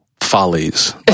follies